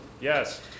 Yes